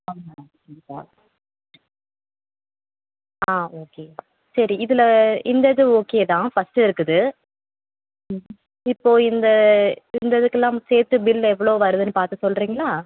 ஆமாம் கண்டிப்பாக ஆ ஓகே சரி இதில் இந்த இது ஓகே தான் ஃபஸ்ட்டு இருக்குது இப்போது இந்த இந்த இதுக்கெலாம் சேர்த்து பில்லு எவ்வளோ வருதுன்னு பார்த்து சொல்லுறீங்களா